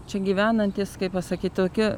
čia gyvenantys kaip pasakyt tokie